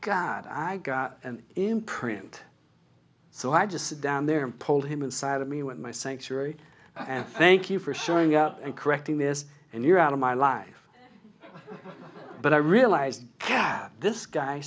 god i got an imprint so i just sit down there and pulled him inside of me with my sanctuary and i thank you for showing out and correcting this and you're out of my life but i realize